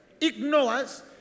ignores